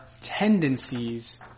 tendencies